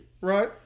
Right